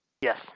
Yes